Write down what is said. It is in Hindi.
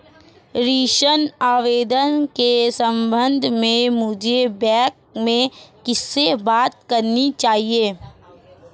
ऋण आवेदन के संबंध में मुझे बैंक में किससे बात करनी चाहिए?